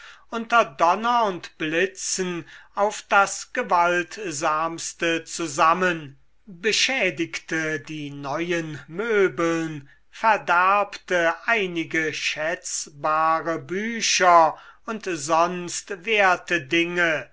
unter donner und blitzen auf das gewaltsamste zusammen beschädigte die neuen möbeln verderbte einige schäzbare bücher und sonst werte dinge